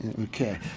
Okay